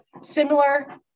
Similar